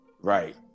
Right